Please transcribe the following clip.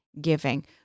giving